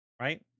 right